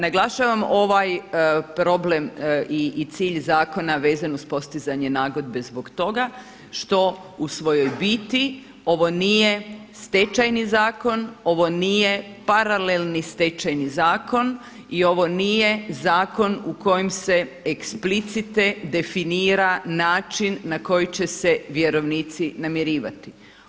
Naglašavam ovaj problem i cilj zakona vezan uz postizanje nagodbe zbog toga što u svojoj biti ovo nije Stečajni zakon, ovo nije paralelni Stečajni zakon i ovo nije zakon u kojem se eksplicite definira način na koji će se vjerovnici namirivati.